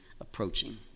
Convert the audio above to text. approaching